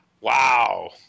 Wow